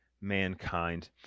mankind